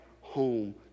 home